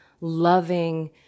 loving